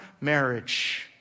Marriage